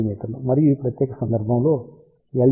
మరియు ఈ ప్రత్యేక సందర్భంలో Lg 24 సెం